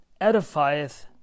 edifieth